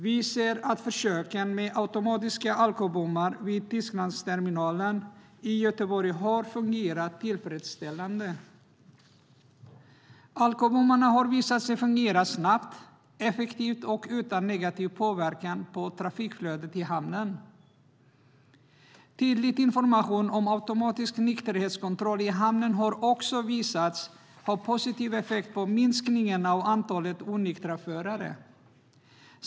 Vi ser att försöken med automatiska alkobommar vid Tysklandsterminalen i Göteborg har fungerat tillfredsställande. Alkobommarna har visat sig fungera snabbt, effektivt och utan negativ påverkan på trafikflödet i hamnen. Tydlig information om automatisk nykterhetskontroll i hamnen har också visat sig ha positiv effekt i form av en minskning av antalet onyktra förare.